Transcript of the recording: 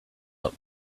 not